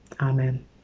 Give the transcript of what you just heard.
Amen